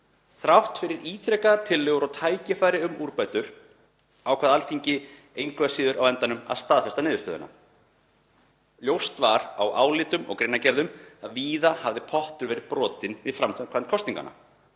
Þrátt fyrir ítrekaðar tillögur og tækifæri um úrbætur ákvað Alþingi engu að síður á endanum að staðfesta niðurstöðuna. Ljóst var á álitum og greinargerðum að víða hafði pottur verið brotinn við framkvæmd kosninganna.